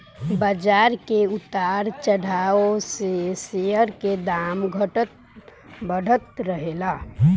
बाजार के उतार चढ़ाव से शेयर के दाम घटत बढ़त रहेला